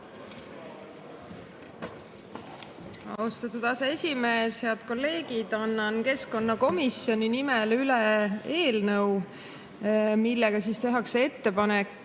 Austatud aseesimees! Head kolleegid! Annan keskkonnakomisjoni nimel üle eelnõu, millega tehakse ettepanek